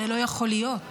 הרי לא יכול להיות.